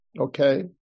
okay